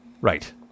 Right